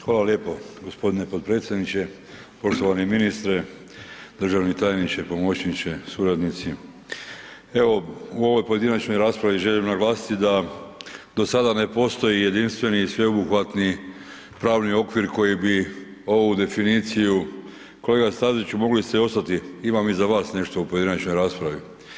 Hvala lijepo gospodine potpredsjedniče, poštovani ministre, državni tajniče, pomoćniče, suradnici, evo u ovoj pojedinačnoj raspravi želim naglasiti da do sada ne postoji jedinstveni i sveobuhvatni pravni okvir koji bi ovu definiciju, kolega Staziću mogli ste ostati imam i za vas nešto u pojedinačnoj raspravi.